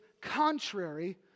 contrary